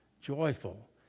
joyful